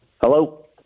Hello